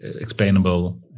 explainable